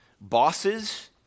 Bosses